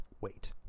wait